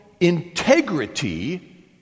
integrity